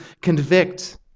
convict